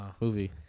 movie